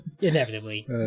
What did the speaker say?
inevitably